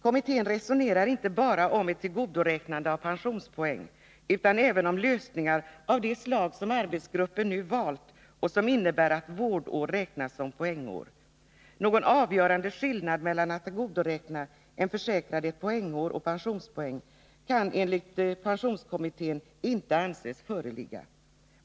Kommittén resonerar inte bara om ett tillgodoräknande av pensionspoäng utan även om lösningar av det slag som arbetsgruppen nu valt och som innebär att vårdår räknas som poängår. Någon avgörande skillnad mellan att tillgodoräkna en försäkrad ett poängår och pensionspoäng kan enligt pensionskommittén inte anses föreligga.